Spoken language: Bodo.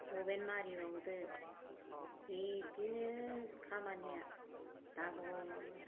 अबेन मारिबावदो बिदिनो खामानिया दाबल